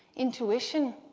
intuition,